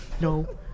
no